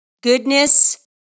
goodness